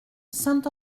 saint